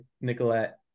Nicolette